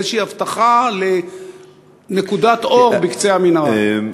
איזו הבטחה לנקודת אור בקצה המנהרה?